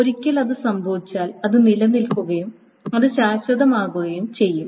ഒരിക്കൽ അത് സംഭവിച്ചാൽ അത് നിലനിൽക്കുകയും അത് ശാശ്വതമാവുകയും ചെയ്യും